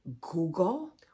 Google